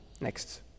Next